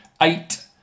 eight